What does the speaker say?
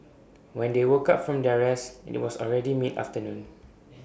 when they woke up from their rest IT was already mid afternoon